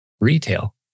retail